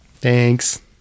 thanks